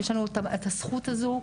יש לנו את הזכות הזו,